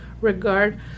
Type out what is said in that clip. regard